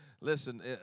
Listen